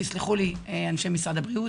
ויסלחו לי אנשי משרד הבריאות,